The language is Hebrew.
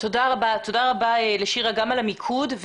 תודה רבה לשירה על המיקוד.